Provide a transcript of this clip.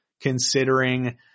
considering